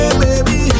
baby